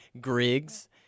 Griggs